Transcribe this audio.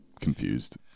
confused